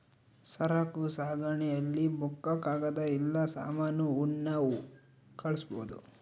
ಸರಕು ಸಾಗಣೆ ಅಲ್ಲಿ ಬುಕ್ಕ ಕಾಗದ ಇಲ್ಲ ಸಾಮಾನ ಉಣ್ಣವ್ ಕಳ್ಸ್ಬೊದು